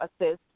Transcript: assist